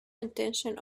intention